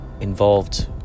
involved